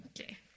Okay